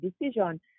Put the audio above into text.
decision